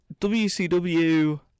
WCW